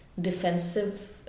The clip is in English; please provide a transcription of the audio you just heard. defensive